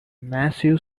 massive